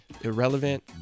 Irrelevant